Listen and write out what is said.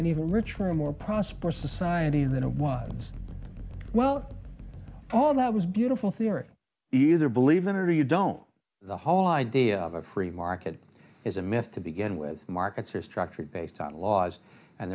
an even richer and more prosperous society than it was well all that was beautiful theory either believe it or you don't the whole idea of a free market is a mess to begin with markets are structured based on laws and